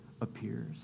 appears